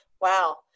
Wow